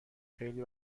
خیلی